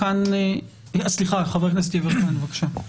חבר הכנסת יברקן בבקשה.